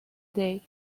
day